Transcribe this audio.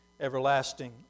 everlasting